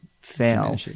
fail